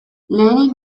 lehenik